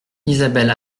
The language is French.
isabelle